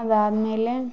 ಅದಾದ ಮೇಲೆ